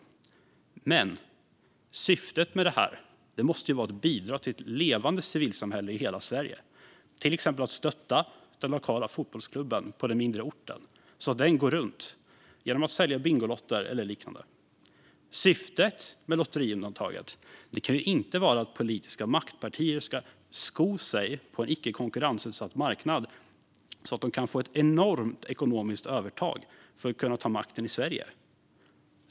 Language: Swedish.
Men syftet med detta måste ju vara att bidra till ett levande civilsamhälle i hela Sverige, till exempel att stötta den lokala fotbollsklubben på den mindre orten så att den går runt genom att sälja Bingolotter eller liknande. Syftet med lotteriundantaget kan inte vara att politiska maktpartier ska sko sig på en icke konkurrensutsatt marknad så att de kan få ett enormt ekonomiskt övertag för att kunna ta makten i Sverige.